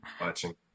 watching